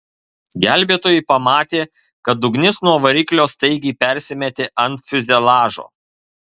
gelbėtojai pamatė kad ugnis nuo variklio staigiai persimetė ant fiuzeliažo